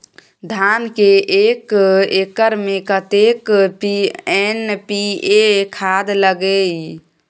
धान के एक एकर में कतेक एन.पी.ए खाद लगे इ?